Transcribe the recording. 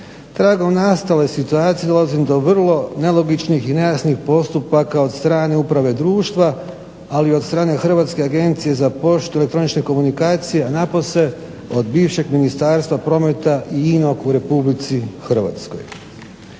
Tragom nastale situacije dolazim do vrlo nelogičnih i nejasnih postupaka od strane uprave društva ali i od strane Hrvatske agencije za poštu i elektroničke komunikacije a napose od bivšeg Ministarstva prometa i inog u Republici Hrvatskoj.